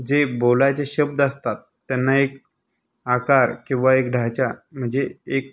जे बोलायचे शब्द असतात त्यांना एक आकार किंवा एक ढाँचा म्हणजे एक